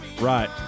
Right